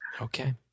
Okay